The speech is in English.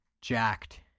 jacked